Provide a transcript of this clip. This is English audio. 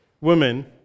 women